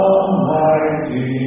Almighty